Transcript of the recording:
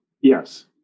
yes